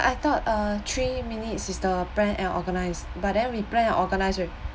I thought uh three minutes is the plan and organize but we plan and organize al~